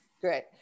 Great